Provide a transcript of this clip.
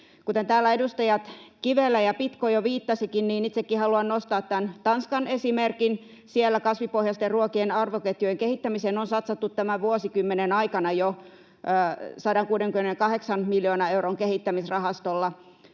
Kuten täällä edustajat Kivelä ja Pitko jo viittasivatkin, niin itsekin haluan nostaa tämän Tanskan esimerkin. Siellä kasvipohjaisten ruokien arvoketjujen kehittämiseen on satsattu tämän vuosikymmenen aikana jo 168 miljoonan euron kehittämisrahastolla.